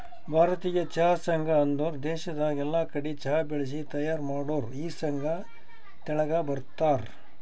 ಭಾರತೀಯ ಚಹಾ ಸಂಘ ಅಂದುರ್ ದೇಶದಾಗ್ ಎಲ್ಲಾ ಕಡಿ ಚಹಾ ಬೆಳಿಸಿ ತೈಯಾರ್ ಮಾಡೋರ್ ಈ ಸಂಘ ತೆಳಗ ಬರ್ತಾರ್